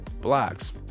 blocks